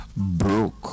Broke